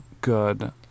good